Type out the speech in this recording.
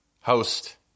host